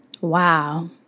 Wow